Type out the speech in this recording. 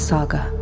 Saga